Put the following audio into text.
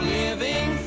living